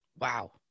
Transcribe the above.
Wow